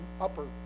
upper